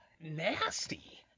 nasty